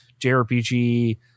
JRPG